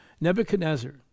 Nebuchadnezzar